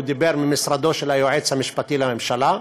הוא דיבר ממשרדו של היועץ המשפטי לממשלה,